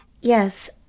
yes